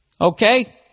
Okay